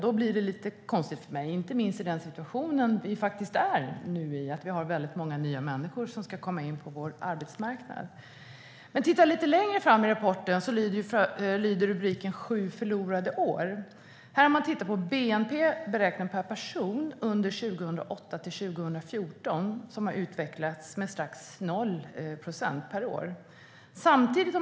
Det blir lite konstigt för mig, inte minst i den situation vi är i när många nya människor ska in på vår arbetsmarknad. Lite längre fram i rapporten konstaterar man under rubriken Sju förlorade år att bnp beräknat per person utvecklades med strax under noll procent under åren 2008-2014.